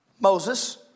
Moses